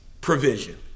provision